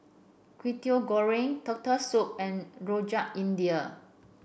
Kwetiau Goreng Turtle Soup and Rojak India